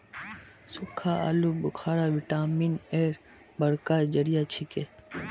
सुक्खा आलू बुखारा विटामिन एर बड़का जरिया छिके